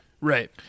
Right